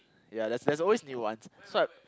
ya there's there's always new ones so I